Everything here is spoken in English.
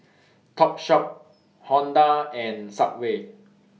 Topshop Honda and Subway